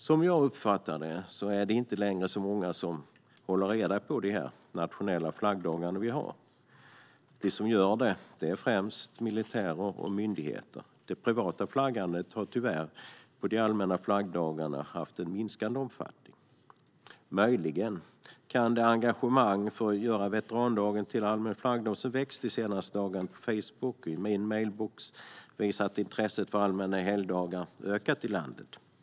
Som jag uppfattar det är det inte längre så många som håller reda på de nationella flaggdagar som vi har. De som gör det är främst militärer och myndigheter. Det privata flaggandet på de allmänna flaggdagarna har tyvärr minskat i omfattning. Möjligen kan det engagemang för att göra veterandagen till allmän flaggdag som väckts de senaste dagarna på Facebook och i min mejlbox visa att intresset för allmänna helgdagar har ökat i landet.